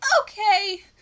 Okay